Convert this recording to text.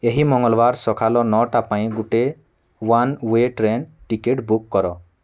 ଏହି ମଙ୍ଗଲବାର ସଖାଲ ନଅଟା ପାଇଁ ଗୁଟେ one way train ticket book କର